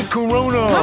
Corona